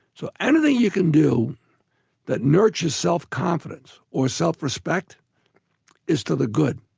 so anything you can do that nurtures self-confidence or self-respect is to the good